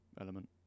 element